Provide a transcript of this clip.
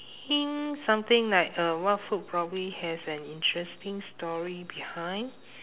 ~ing something like uh what food probably has an interesting story behind